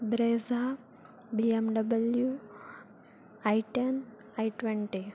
Brezza BMW i ten i twenty